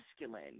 masculine